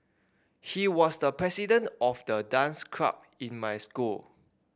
he was the president of the dance club in my school